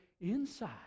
inside